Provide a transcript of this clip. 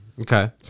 Okay